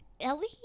Ellie